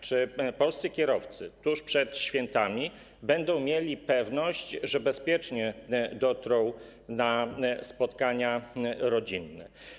Czy polscy kierowcy tuż przed świętami będą mieli pewność, że bezpiecznie dotrą na spotkania rodzinne?